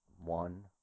One